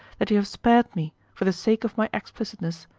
that you have spared me for the sake of my explicitness,